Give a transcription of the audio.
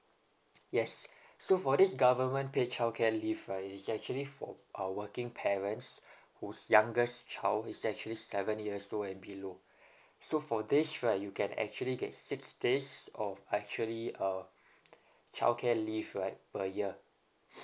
yes so for this government paid childcare leave right it is actually for uh working parents whose youngest child is actually seven years old and below so for this right you can actually get six days of actually uh childcare leave right per year